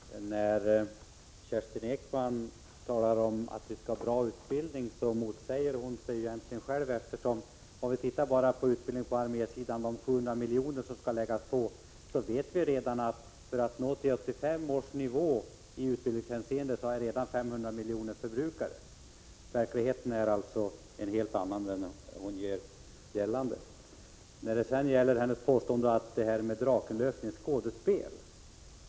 Fru talman! När Kerstin Ekman talar om att vi skall ha bra utbildning, motsäger hon egentligen sig själv. Om vi bara tittar på utbildningen på armésidan, kan vi konstatera att av de 700 milj.kr. som skall läggas på är redan 500 miljoner förbrukade för att nå till 1985 års nivå i utbildningshänseende. Verkligheten är således en annan än den hon gör gällande. Sedan till hennes påstående om att Drakenlösningen är skådespel.